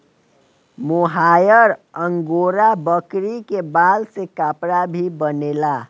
मोहायर angora बकरी के बाल से कपड़ा भी बनेला